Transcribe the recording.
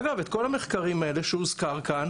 אגב, כל המחקרים האלה שהוזכרו כאן